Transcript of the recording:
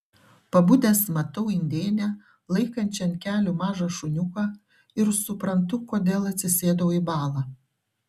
pabudęs matau indėnę laikančią ant kelių mažą šuniuką ir suprantu kodėl atsisėdau į balą